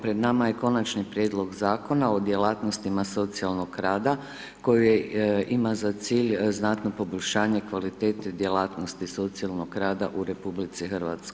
Pred nama je Konačni prijedlog Zakona o djelatnostima socijalnog rada, koju ima za cilj znatno poboljšanje kvalitete djelatnosti socijalnog rada u RH.